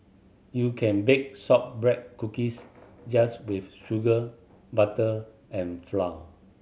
you can bake shortbread cookies just with sugar butter and flour